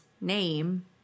name